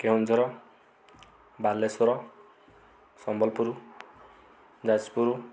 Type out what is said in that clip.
Keonjhar Balasore Sambalpur Jajpur